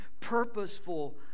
purposeful